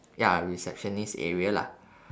ya receptionist area lah